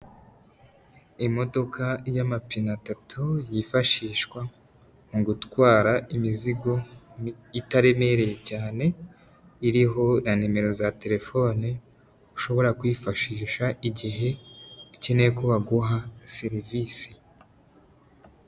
Imodoka y'amapine atatu yifashishwa mu gutwara imizigo, itaremereye cyane iriho na nimero za telefone ushobora kwifashisha igihe ukeneye ko baguha serivisi.